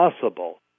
possible